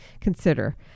Consider